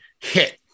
hit